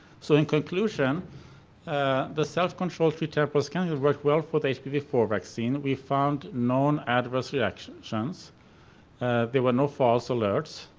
so in conclusion ah the self-controlled tree-temporal scan worked well for the h p v four vaccine, we found known adverse reactions, there were no false alerts.